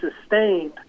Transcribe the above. sustained